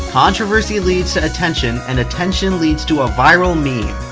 controversy leads to attention, and attention leads to a viral meme.